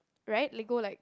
right they go like